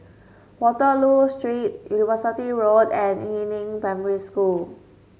Waterloo Street University Road and Yu Neng Primary School